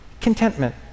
Contentment